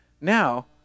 Now